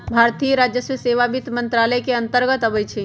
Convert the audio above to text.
भारतीय राजस्व सेवा वित्त मंत्रालय के अंतर्गत आबइ छै